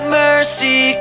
mercy